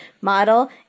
model